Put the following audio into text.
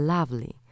Lovely